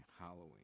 Halloween